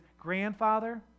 grandfather